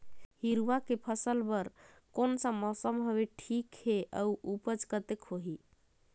हिरवा के फसल बर कोन सा मौसम हवे ठीक हे अउर ऊपज कतेक होही?